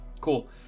Cool